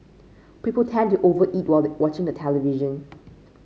people tend to over eat while the watching the television